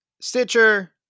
Stitcher